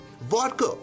vodka